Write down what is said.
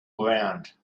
ground